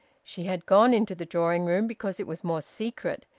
she had gone into the drawing-room because it was more secret,